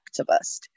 activist